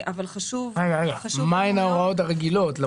מה הן ההוראות הרגילות?